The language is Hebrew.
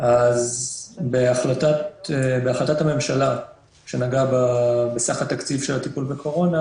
אז בהחלטת הממשלה שנגעה בסך התקציב של הטיפול בקורונה